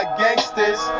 gangsters